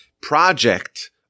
project